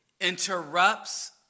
interrupts